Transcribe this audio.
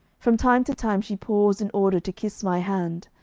from time to time she paused in order to kiss my hand,